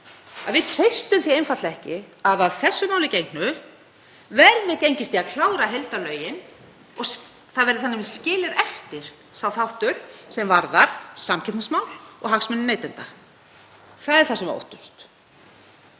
við treystum því einfaldlega ekki að að þessu máli gengnu verði gengið í að klára heildarlögin og það verði skilinn eftir sá þáttur sem varðar samkeppnismál og hagsmuni neytenda. Það er það sem við óttumst.